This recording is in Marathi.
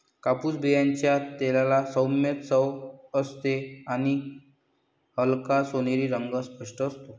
कापूस बियांच्या तेलाला सौम्य चव असते आणि हलका सोनेरी रंग स्पष्ट असतो